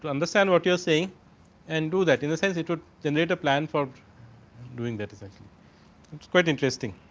ah understand what you saying and do that. in the sense, it would generate a plan for doing that essentially quite interesting.